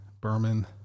Berman